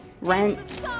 rent